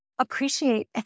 appreciate